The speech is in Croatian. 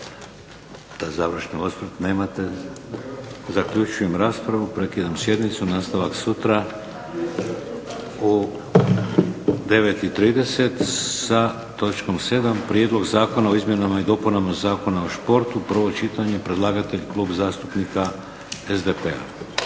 završni osvrt, nemate. Zaključujem raspravu. Prekidam sjednicu. Nastavak sutra u 9,30 sa točkom 7. Prijedlog zakona o izmjenama i dopunama Zakona o športu, prvo čitanje, predlagatelj Klub zastupnika SDP-a.